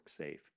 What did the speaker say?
WorkSafe